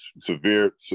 severe